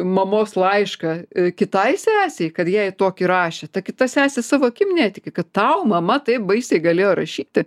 mamos laišką kitai sesei kad jei tokį rašė ta kita sesė savo akim netiki kad tau mama taip baisiai galėjo rašyti